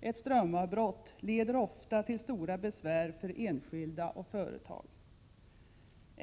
ett strömavbrott leder ofta till stora besvär för enskilda och företag.